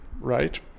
right